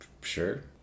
Sure